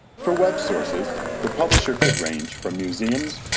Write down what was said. for web sources, the publisher could range from museums,